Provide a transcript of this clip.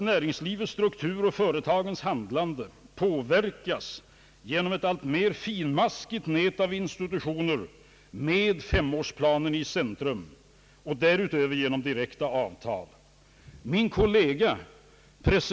Näringslivets struktur och företagens handlande påverkas genom ett alltmer finmaskigt nät av institutioner med femårsplanen i centrum och därutöver genom direkta avtal.